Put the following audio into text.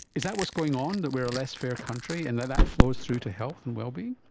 is that what's going on, that we are a less fair country and that that flows through to health and well-being?